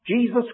Jesus